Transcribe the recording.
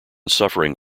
suffering